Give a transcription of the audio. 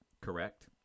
correct